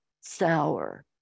sour